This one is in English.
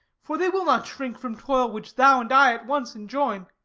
for they will not shrink from toil which thou and i at once enjoin.